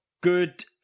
Good